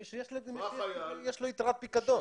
מי שיש לו יתרת פיקדון.